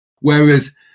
Whereas